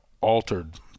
altered